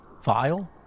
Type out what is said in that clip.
File